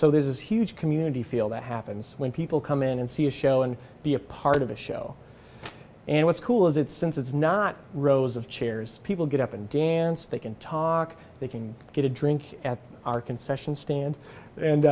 this is huge community feel that happens when people come in and see a show and be a part of a show and what's cool is that since it's not rows of chairs people get up and dance they can talk they can get a drink at our concession stand and